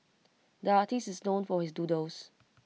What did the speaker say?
the artist is known for his doodles